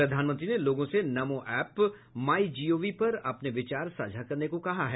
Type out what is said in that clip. प्रधानमंत्री ने लोगों से नमो ऐप माइ जीओवी पर अपने विचार साझा करने को कहा है